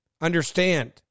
understand